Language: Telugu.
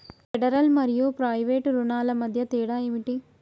ఫెడరల్ మరియు ప్రైవేట్ రుణాల మధ్య తేడా ఏమిటి?